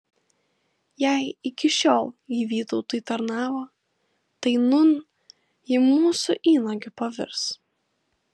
jei iki šiol ji vytautui tarnavo tai nūn ji mūsų įnagiu pavirs